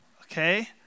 okay